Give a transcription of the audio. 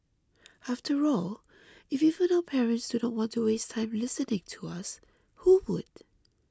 after all if even our parents do not want to waste time listening to us who would